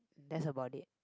that's about it